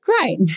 great